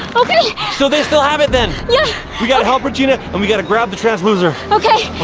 okay! so they still have it then! yeah! we gotta help regina, and we gotta grab the transloser. okay!